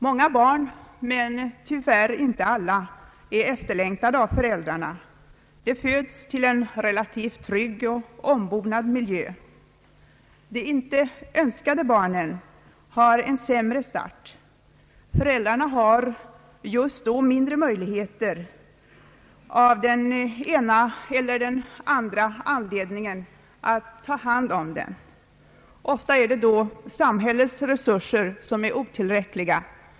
Många barn, men tyvärr inte alla, är efterlängtade av föräldrarna och föds till en relativt trygg och ombonad miljö. De icke önskade barnen får en sämre start. Föräldrarna har just då, av den ena eller den andra anledningen, mindre möjligheter att ta hand om barnen. Ofta är det då samhällets resurser som är otillräckliga.